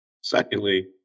Secondly